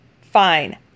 Fine